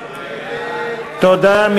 תודה.